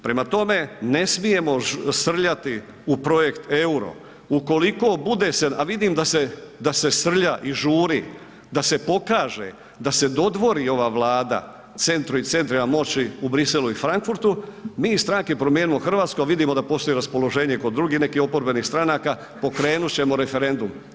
Prema tome, ne smijemo srljati u projekt EURO ukoliko bude se, a vidim da se srlja i žuri, da se pokaže, da se dodvori ova vlada centru i centrima moći u Bruxellesu i Frankfurtu, mi iz Stranke Promijenimo Hrvatsku, a vidimo da postoji raspoloženje i kod drugih nekih oporbenih stranaka pokrenut ćemo referendum.